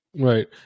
Right